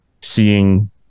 seeing